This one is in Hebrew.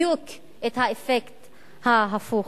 בדיוק, את האפקט ההפוך.